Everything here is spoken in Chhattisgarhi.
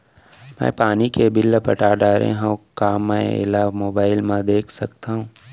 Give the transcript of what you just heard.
मैं पानी के बिल पटा डारे हव का मैं एला मोबाइल म देख सकथव?